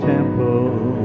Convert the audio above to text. temple